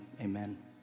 amen